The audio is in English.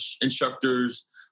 instructors